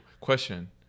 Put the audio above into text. Question